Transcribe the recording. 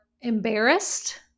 embarrassed